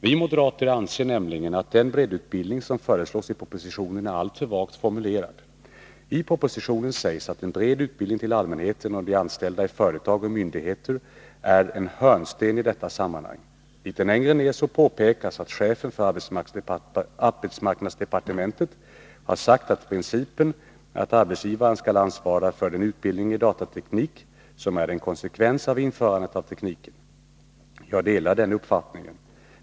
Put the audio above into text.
Vi moderater anser nämligen att den breddutbildning som föreslås i propositionen är alltför vagt formulerad. I propositionen sägs att en bred utbildning till allmänheten och de anställda i företag och myndigheter är en hörnsten i detta sammanhang. Litet längre ned påpekas att chefen för arbetsmarknadsdepartementet har sagt att principen är att arbetsgivaren skall ansvara för den utbildning i datateknik som är en konsekvens av införandet av tekniken. Jag delar den uppfattningen.